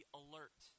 alert